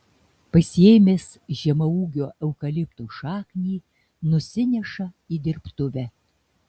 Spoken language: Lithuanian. pasiėmęs žemaūgio eukalipto šaknį nusineša į dirbtuvę